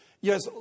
yes